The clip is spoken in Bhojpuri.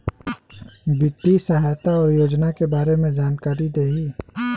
वित्तीय सहायता और योजना के बारे में जानकारी देही?